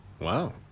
Wow